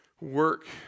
work